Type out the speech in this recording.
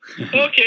Okay